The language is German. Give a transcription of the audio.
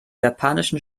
japanischen